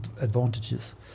advantages